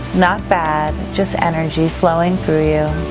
not bad, just energy flowing through you